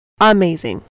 Amazing